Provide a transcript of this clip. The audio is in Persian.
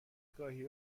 گاهی